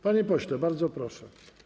Panie pośle, bardzo proszę.